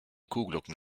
kuhglocken